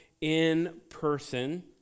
in-person